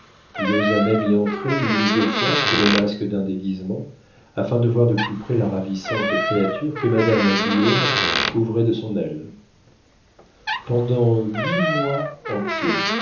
il osa même y entrer une ou deux fois sous le masque d'un déguisement afin de voir de plus près la ravissante créature que madame guillaume couvrait de son aile pendant huit mois entiers